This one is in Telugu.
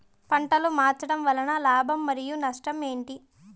పంటలు మార్చడం వలన లాభం మరియు నష్టం ఏంటి